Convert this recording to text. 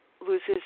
loses